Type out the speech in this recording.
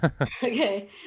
Okay